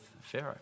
Pharaoh